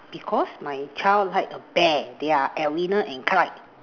because my child like a bear they're at winner and clyde